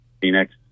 Phoenix